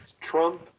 Trump